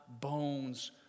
bones